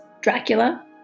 Dracula